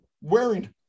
wearing